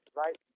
right